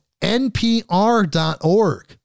NPR.org